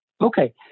Okay